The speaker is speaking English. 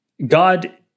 God